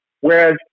Whereas